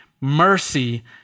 Mercy